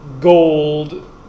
gold